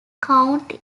county